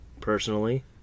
personally